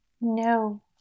No